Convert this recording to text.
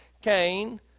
Cain